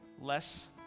Less